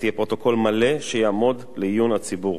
יהיה פרוטוקול מלא שיעמוד לעיון הציבור,